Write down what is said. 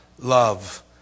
love